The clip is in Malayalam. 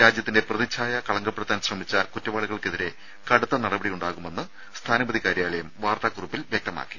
രാജ്യത്തിന്റെ പ്രതിച്ഛായ കളങ്കപ്പെടുത്താൻ ശ്രമിച്ച കുറ്റവാളികൾക്കെതിരെ കടുത്ത നടപടിയുണ്ടാകുമെന്ന് സ്ഥാനപതി കാര്യാലയം വാർത്താ കുറിപ്പിൽ വ്യക്തമാക്കി